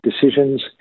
decisions